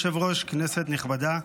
אדוני היושב-ראש, כנסת נכבדה,